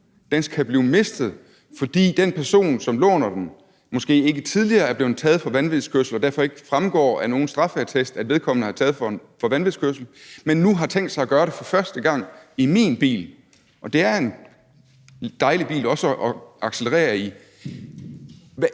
man så kan miste den bil, fordi den person, som låner den, måske ikke tidligere er blevet taget for vanvidskørsel og det derfor ikke fremgår af nogen straffeattest, at vedkommende er taget for vanvidskørsel, nu har tænkt sig at gøre det for første gang i min bil – og det er en dejlig bil, også at accelerere i